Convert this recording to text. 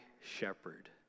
shepherd